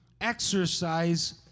exercise